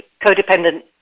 Codependent